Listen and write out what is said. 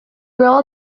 girl